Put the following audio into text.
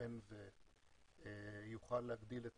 שיתכן שיוכל להגדיל את